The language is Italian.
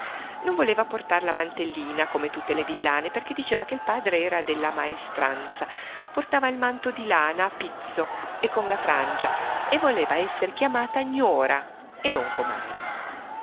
non voleva portare la mantellina come tutte le villane perché diceva che il padre era della maestranza portava il manto di lana a pizzo e con la frangia e voleva esser chiamata gnora e non comare